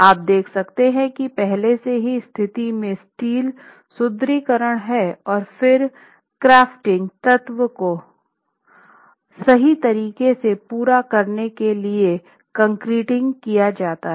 आप देख सकते हैं कि पहले से ही स्थिति में स्टील सुदृढीकरण है और फिर कंफर्टिंग तत्व को सही तरीके से पूरा करने के लिए कंक्रिटिंग किया जाता है